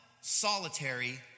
solitary